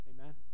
Amen